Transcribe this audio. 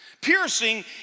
piercing